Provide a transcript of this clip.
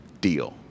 Deal